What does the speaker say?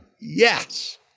Yes